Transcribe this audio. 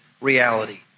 reality